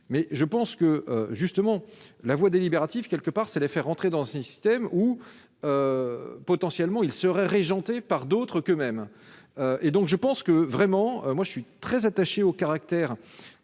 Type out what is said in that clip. mais je pense que justement la voix délibérative, quelque part, c'est de faire rentrer dans système ou potentiellement ils seraient régentées par d'autres que même, et donc je pense que vraiment, moi je suis très attaché au caractère